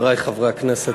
חברי חברי הכנסת,